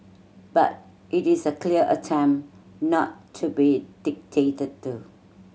but it is a clear attempt not to be dictated to